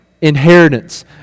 inheritance